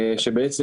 שבעצם,